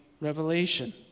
revelation